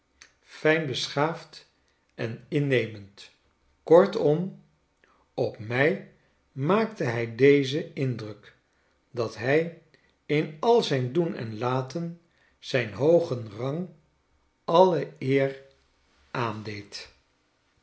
fijnbeschaafd en innemend kortom op mij maakte hij dezen indruk dat hy in al zijn doen en laten zijn hoogen rang alio